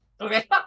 Okay